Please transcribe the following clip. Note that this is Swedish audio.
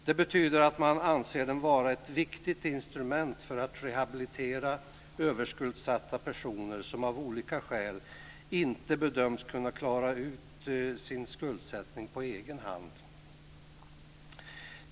Det betyder att man anser den vara ett viktigt instrument för att rehabilitera överskuldsatta personer som av olika skäl inte bedöms kunna klara ut sin skuldsättning på egen hand.